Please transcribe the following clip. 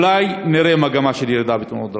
ואולי נראה מגמה של ירידה בתאונות דרכים.